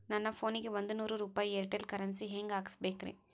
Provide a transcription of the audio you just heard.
ನನ್ನ ಫೋನಿಗೆ ಒಂದ್ ನೂರು ರೂಪಾಯಿ ಏರ್ಟೆಲ್ ಕರೆನ್ಸಿ ಹೆಂಗ್ ಹಾಕಿಸ್ಬೇಕ್ರಿ?